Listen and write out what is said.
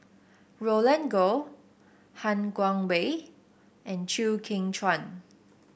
Roland Goh Han Guangwei and Chew Kheng Chuan